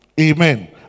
Amen